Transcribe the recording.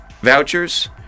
vouchers